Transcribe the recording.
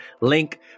Link